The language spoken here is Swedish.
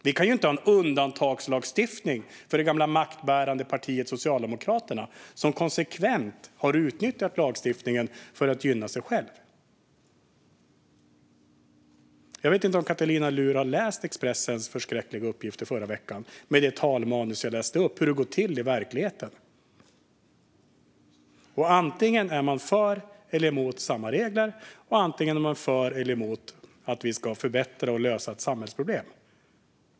Vi kan inte ha en undantagslagstiftning för det gamla maktbärande partiet Socialdemokraterna, som konsekvent har utnyttjat lagstiftningen för att gynna sig själva. Jag vet inte om Katarina Luhr läste Expressens förskräckliga uppgifter i förra veckan, med det talmanus som jag läste upp och som visar hur det går till i verkligheten. Man är antingen för eller emot att samma regler ska gälla, och man är antingen för eller emot att vi ska göra det bättre och lösa ett samhällsproblem.